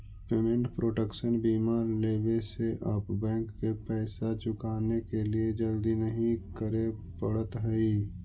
payment protection बीमा लेवे से आप बैंक के पैसा चुकाने के लिए जल्दी नहीं करे पड़त हई